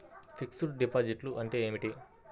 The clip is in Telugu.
ఫిక్సడ్ డిపాజిట్లు అంటే ఏమిటి?